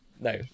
no